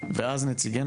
ואז נציגנו,